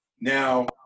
Now